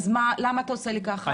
אז למה אתה עושה לי ככה?